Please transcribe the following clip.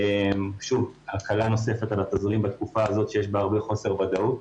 זה שוב הקלה נוספת על התזרים בתקופה הזאת שיש בה הרבה חוסר ודאות.